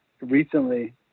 Recently